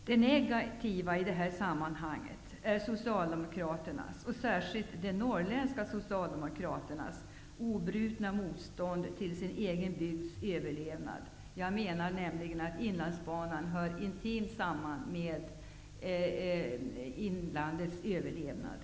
Det negativa i detta sammanhang är socialdemokraternas, och då särskilt de norrländska socialdemokraternas, obrutna motstånd till att den egna bygden skall överleva. Jag menar att Inlandsbanan hör intimt samman med inlandets överlevnad.